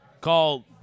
Call